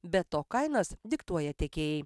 be to kainas diktuoja tiekėjai